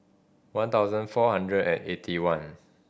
one thousand four hundred and eighty one